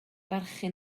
barchu